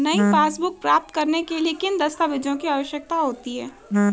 नई पासबुक प्राप्त करने के लिए किन दस्तावेज़ों की आवश्यकता होती है?